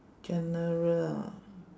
general ah